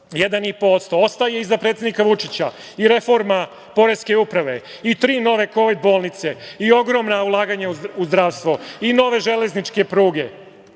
1,5%. Iza predsednika Vučića ostaje i reforma poreske uprave i tri nove kovid bolnice i ogromna ulaganja u zdravstvo i nove železničke pruge